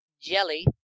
jelly